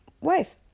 wife